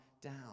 down